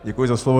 Děkuji za slovo.